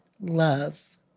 love